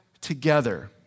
together